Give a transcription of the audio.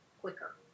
quicker